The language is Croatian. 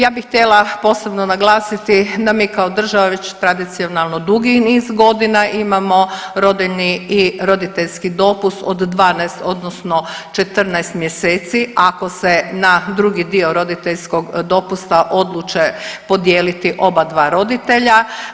Ja bih htjela posebno naglasiti da mi kao država već tradicionalno dugi niz godina imamo rodiljni i roditeljski dopust od 12 odnosno 14 mjeseci, ako se na drugi dio roditeljskog dopusta odluče podijeliti oba dva roditelja.